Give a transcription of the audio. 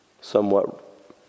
somewhat